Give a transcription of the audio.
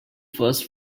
first